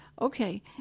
Okay